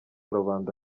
rubanda